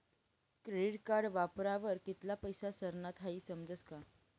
credit card वापरावर कित्ला पैसा सरनात हाई समजस का